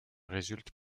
résultent